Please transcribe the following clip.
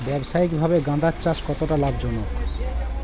ব্যবসায়িকভাবে গাঁদার চাষ কতটা লাভজনক?